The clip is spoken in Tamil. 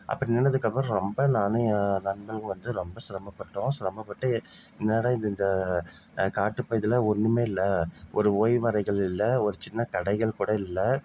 அப்படி நின்றதுக்கப்பறம் ரொம்ப நானும் என் நண்பனும் வந்து ரொம்ப சிரமப்பட்டோம் சிரமப்பட்டு என்னடா இது இந்த காட்டு பகுதியில் ஒன்றுமே இல்லை ஒரு ஓய்வறைகள் இல்லை ஒரு சின்ன கடைகள் கூட இல்லை